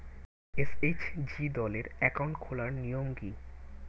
SHG দলের account খোলার নিয়ম কী?